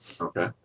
Okay